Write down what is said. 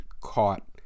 Caught